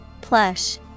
Plush